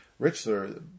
Richler